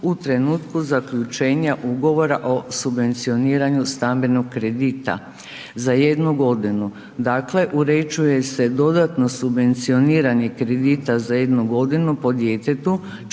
u trenutku zaključenja ugovora o subvencioniranju stambenog kredita za jednu godinu. Dakle, uređuje se dodatno subvencioniranje kredita za jednu godinu po djetetu članu